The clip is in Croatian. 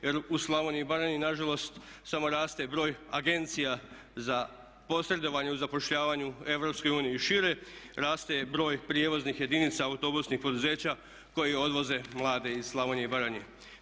Jer u Slavoniji i Baranji nažalost samo raste broj agencija za posredovanje u zapošljavanju Europske unije i šire, raste broj prijevoznih jedinica autobusnih poduzeća koji odvoze mlade iz Slavonije i Baranje.